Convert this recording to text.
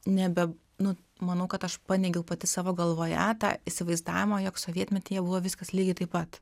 nebe nu manau kad aš paneigiau pati savo galvoje tą įsivaizdavimą jog sovietmetyje buvo viskas lygiai taip pat